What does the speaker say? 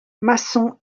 maçon